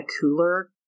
cooler